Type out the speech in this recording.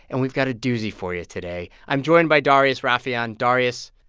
and we've got a doozy for you today. i'm joined by darius rafieyan. darius?